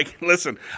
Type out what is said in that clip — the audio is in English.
Listen